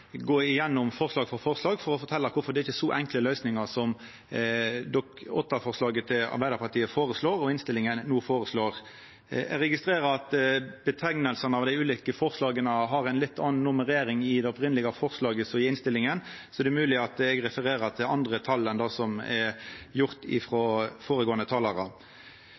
gå igjennom forslag for forslag for å fortelja kvifor det ikkje er så enkle løysingar som det som går fram av Dokument 8-forslaget til Arbeidarpartiet og forslaga i innstillinga. Eg registrerer at nemningane av dei ulike forslaga har ei litt anna nummerering i det opphavlege forslaget som er i innstillinga, så det er mogleg at eg refererer til andre tal enn det som er gjort av føregåande talarar.